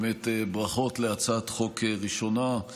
באמת ברכות על הצעת חוק ראשונה,